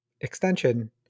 extension